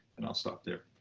and i'll stop there.